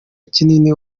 kinini